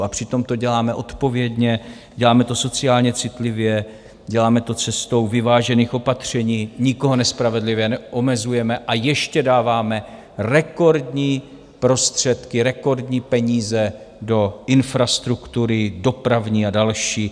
A přitom to děláme odpovědně, děláme to sociálně citlivě, děláme to cestou vyvážených opatření, nikoho nespravedlivě neomezujeme, a ještě dáváme rekordní prostředky, rekordní peníze do infrastruktury dopravní a další.